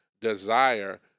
desire